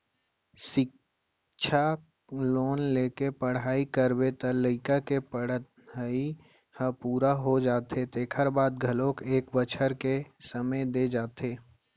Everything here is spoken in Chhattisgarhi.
सिक्छा लोन लेके पढ़ई करबे त लइका के पड़हई ह पूरा हो जाथे तेखर बाद घलोक एक बछर के समे दे जाथे